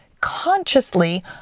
consciously